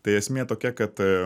tai esmė tokia kad